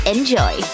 Enjoy